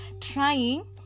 trying